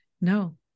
No